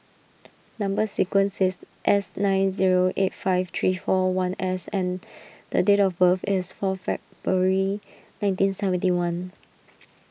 Number Sequence is S nine zero eight five three four one S and date of birth is four February nineteen seventy one